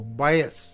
bias